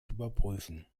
überprüfen